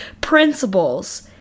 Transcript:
principles